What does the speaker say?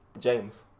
james